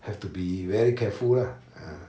have to be very careful lah ah